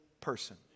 person